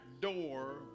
door